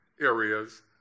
areas